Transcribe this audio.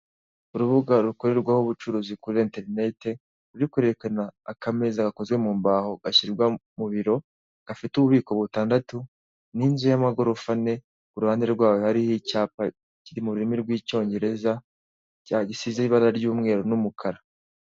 Urubuga rukorerwaho ubucuruzi kuri interinete, ruri kwerekana akameza gakoze mu mbaho gashyirwa mu biro, gifite ububiko butandatu n'inzu y'amagorofa ane, ku ruhande rwaho hariho icyapa kiri mu rurimi rw'icyongereza gisizeho ibara ry'umweru n'umukara.